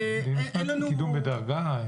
אין לנו עדכון על ענישה כזאת.